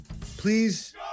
Please